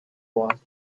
was